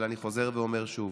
אבל אני חוזר ואומר שוב,